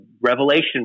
Revelation